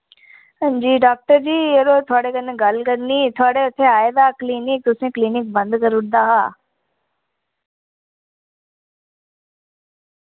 हां जी डाक्टर जी यरो थुआढ़े कन्नै गल्ल करनी ही थुआढ़े उत्थै आए दा क्लिनिक तुसैं क्लिनिक बंद करूड़दा हा